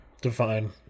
Define